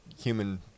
human